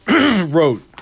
wrote